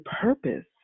purpose